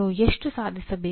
ನೀವು ಎಷ್ಟು ಸಾಧಿಸಬೇಕು